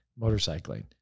motorcycling